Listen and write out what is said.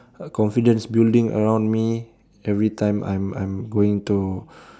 confidence building around me every time I'm I'm going to